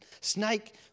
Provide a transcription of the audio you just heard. snake